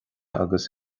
agus